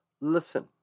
Listen